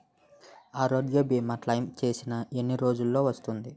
ఆరోగ్య భీమా క్లైమ్ చేసిన ఎన్ని రోజ్జులో వస్తుంది?